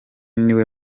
niwe